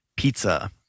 pizza